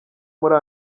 muri